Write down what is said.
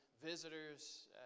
visitors